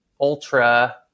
ultra